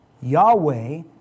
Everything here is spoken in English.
Yahweh